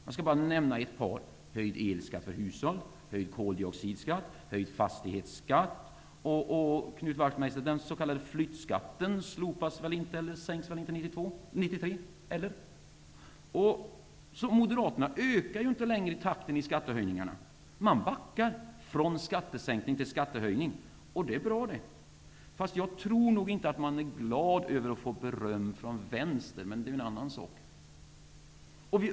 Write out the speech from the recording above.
Jag skall bara nämna ett par exempel: höjd elskatt för hushåll, höjd koldioxidskatt och höjd fastighetsskatt. Den s.k. flyttskatten sänks väl inte 1993 - eller hur blir det med den, Knut Moderaterna ökar inte längre takten när det gäller skattesänkningar. De backar och går från skattesänkning till skattehöjning. Det är bra. Men jag tror inte att de är glada över beröm från vänster. Det är dock en annan sak.